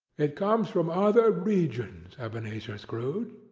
it comes from other regions, ebenezer scrooge,